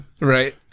Right